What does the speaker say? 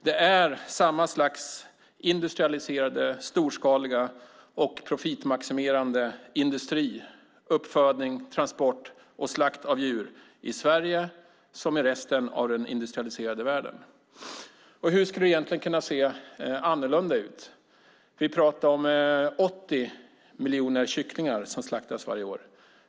Det är samma slags industrialiserade, storskaliga och profitmaximerande industri - uppfödning, transport och slakt av djur - i Sverige som i resten av den industrialiserade världen. Och hur skulle det egentligen kunna se annorlunda ut? Vi pratar om 80 miljoner kycklingar som slaktas varje år.